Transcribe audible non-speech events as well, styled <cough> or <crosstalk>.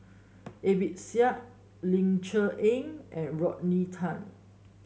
A B <unintelligible> Ling Cher Eng and Rodney Tan